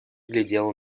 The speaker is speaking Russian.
глядела